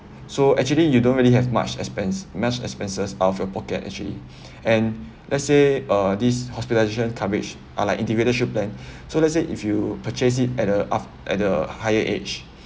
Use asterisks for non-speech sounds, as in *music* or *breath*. so actually you don't really have much expense much expenses out of your pocket actually *breath* and let's say uh this hospitalization coverage are like integrated shield plan *breath* so let's say if you purchase it at the at the higher age